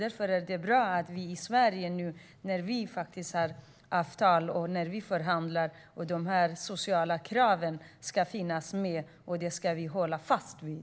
Därför är det bra att vi i Sverige har avtal. När vi förhandlar ska de sociala kraven finnas med, och det ska vi hålla fast vid.